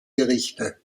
gerichte